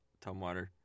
Tumwater